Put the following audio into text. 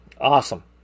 Awesome